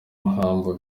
mpamvu